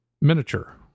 miniature